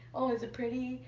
oh, is it pretty?